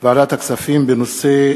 ועדת הכספים בעקבות דיון מהיר בנושא: